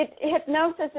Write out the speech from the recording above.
hypnosis